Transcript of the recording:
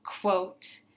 quote